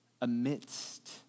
amidst